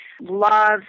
Love